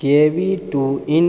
kiwi two in